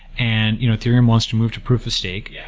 and you know ethereum wants to move to proof-of-stake, yeah